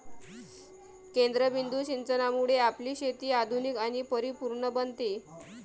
केंद्रबिंदू सिंचनामुळे आपली शेती आधुनिक आणि परिपूर्ण बनते